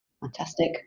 Fantastic